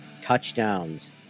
touchdowns